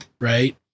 Right